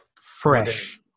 Fresh